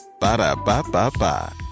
Ba-da-ba-ba-ba